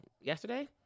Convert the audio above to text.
yesterday